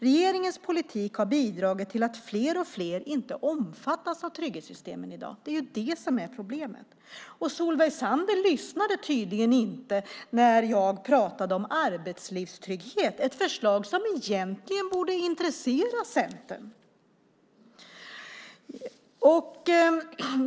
Regeringens politik har bidragit till att fler och fler inte omfattas av trygghetssystemen i dag. Det är det som är problemet. Solveig Zander lyssnade tydligen inte när jag pratade om arbetslivstrygghet, ett förslag som egentligen borde intressera Centern.